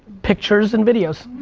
pictures and videos,